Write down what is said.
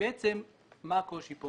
בעצם מה הקושי כאן?